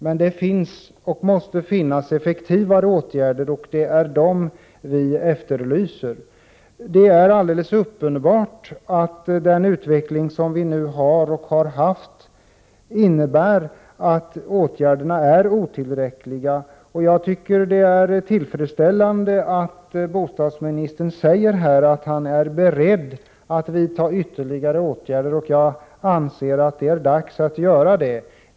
Men det finns och måste finnas effektivare åtgärder, och det är dem vi efterlyser. Det är alldeles uppenbart att den utveckling som vi nu har haft och har innebär att åtgärderna är otillräckliga. Jag tycker att det är tillfredsställande att bostadsministern här säger att han är beredd att vidta ytterligare åtgärder. Jag anser att det är dags att göra det.